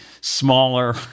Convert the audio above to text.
smaller